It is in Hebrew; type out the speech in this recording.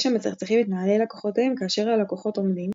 יש המצחצחים את נעלי לקוחותיהם כאשר הלקוחות עומדים,